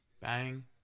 Bang